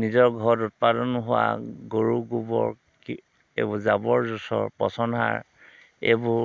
নিজৰ ঘৰত উৎপাদন হোৱা গৰুৰ গোৱৰ কি এইবোৰ জাবৰ জোঁথৰ পচন সাৰ এইবোৰ